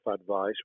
advice